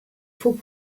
faut